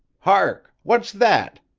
hark! what's that?